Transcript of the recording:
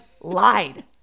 lied